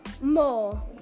more